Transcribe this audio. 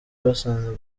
basanzwe